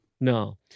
No